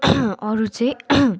अरू चाहिँ